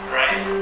right